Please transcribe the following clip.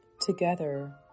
Together